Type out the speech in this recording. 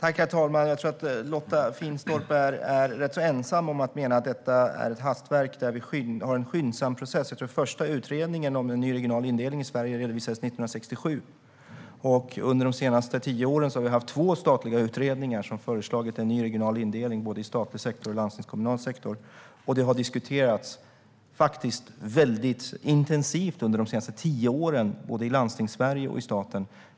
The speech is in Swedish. Herr talman! Jag tror att Lotta Finstorp är rätt ensam om att mena att detta är ett hastverk där vi har en skyndsam process. Jag tror att det var 1967 som den första utredningen om den regionala indelningen i Sverige redovisades. Under de senaste tio åren har vi haft två statliga utredningar som har föreslagit en ny regional indelning i både statlig och landstingskommunal sektor. Detta har diskuterats väldigt intensivt under de senaste tio åren, både i Landstingssverige och i staten.